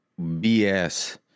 BS